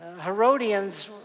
Herodians